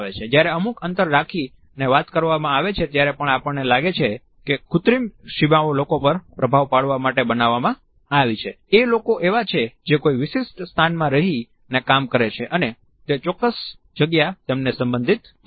જ્યારે અમુક અંતર રાખીને વાત કરવામાં આવે છે ત્યારે પણ આપણને લાગે છે કે કૃત્રિમ સીમાઓ લોકો પર પ્રભાવ પાડવા માટે બનાવવામાં આવી છે એ લોકો એવા છે જે કોઈ વિશિષ્ટ સ્થાનમાં રહીને કામ કરે છે અને તે ચોક્કસ જગ્યા તેમને સંબંધિત છે